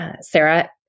Sarah